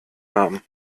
namen